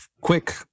quick